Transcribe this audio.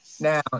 Now